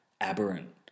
aberrant